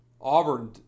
Auburn